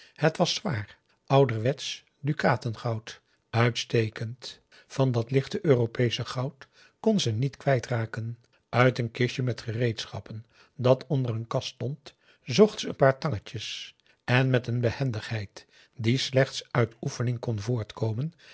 het was zwaar ouderwetsch dukatengoud uitstekend van dat lichte europeesche goud kon ze niet kwijt raken uit een kistje met gereedschappen dat onder een kast stond zocht ze een paar tangetjes en met een behendigheid die slechts uit oefening kon voortkomen